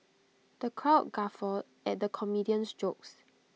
the crowd guffawed at the comedian's jokes